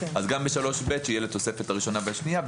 אז גם ב-3(ב) שיהיה לתוספת הראשונה והשנייה,